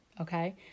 okay